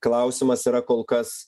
klausimas yra kol kas